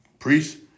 Priests